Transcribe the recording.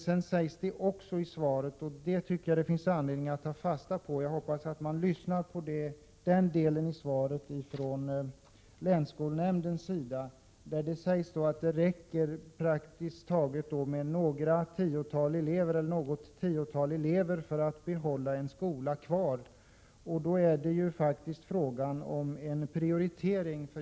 Det sägs emellertid också i svaret, och det finns anledning att ta fasta på det — jag hoppas att länsskolnämnden lyssnar på den delen av svaret —, att det räcker med något tiotal elever för att en skola skall få vara kvar. Då är det fråga om en prioritering.